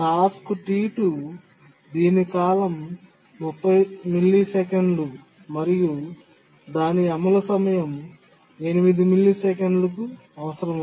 task T2 దీని కాలం 30 మిల్లీసెకన్లు మరియు దాని అమలు సమయం 8 మిల్లీసెకన్లు అవసరం